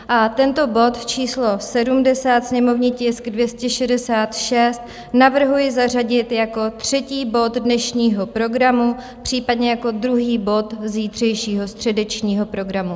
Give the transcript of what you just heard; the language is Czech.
A tento bod číslo 70, sněmovní tisk 266, navrhuji zařadit jako třetí bod dnešního programu, případně jako druhý bod zítřejšího středečního programu.